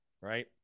right